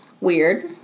weird